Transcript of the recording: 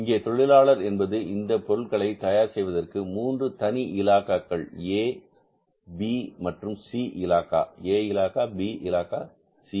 இங்கே தொழிலாளர் என்பது இந்தப் பொருளை தயார் செய்வதற்கு 3 தனி இலாகாக்கள் ஏ பி மற்றும் சி இலாகா ஏ இலாகா பி இலாகா சி